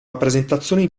rappresentazioni